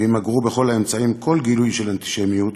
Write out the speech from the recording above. וימגרו בכל האמצעים כל גילוי של אנטישמיות,